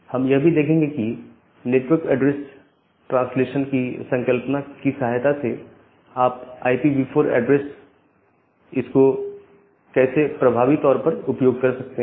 हम यह भी देखेंगे कि नेटवर्क ऐड्रेस ट्रांसलेशन n की संकल्पना की सहायता से आप IPv4 एड्रेस इसको कैसे प्रभावी तौर पर उपयोग कर सकते हैं